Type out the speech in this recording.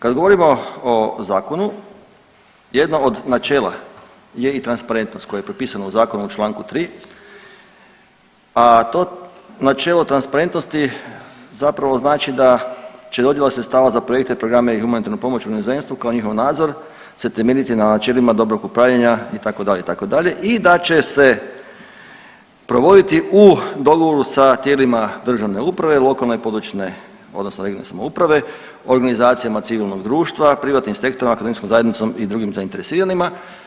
Kad govorimo o zakonu jedna od načela je i transparentnost koja je propisana u zakonu u Članku 3., a to načelo transparentnosti zapravo znači da će i odljeva sredstava za projekte, programe i humanitarnu pomoć kao njihov nadzor se temeljiti na načelima dobrog upravljanja itd., itd. i da će se provoditi u dogovoru sa tijelima državne uprave, lokalne i područne odnosno regionalne samouprave, organizacijama civilnog društva, privatnim sektorom, akademskom zajednicom i drugim zainteresiranima.